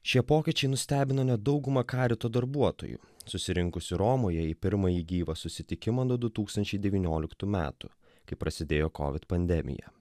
šie pokyčiai nustebino net daugumą karito darbuotojų susirinkusi romoje į pirmąjį gyvą susitikimą nuo du tūkstančiai devynioliktų metų kai prasidėjo covid pandemija